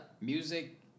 music